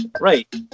Right